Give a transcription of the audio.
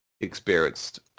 experienced